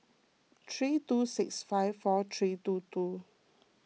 three two six five four three two two